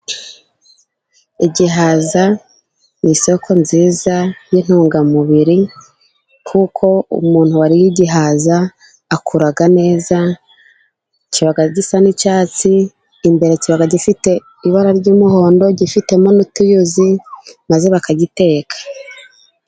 Igihaza ni isoko nziza y'intungamubiri kuko umuntu waririye igihaza akura neza. Kiba gisa n'icyatsi, imbere kibaba gifite ibara ry'umuhondo gifitemo n'utuyuzi maze bakagiteka.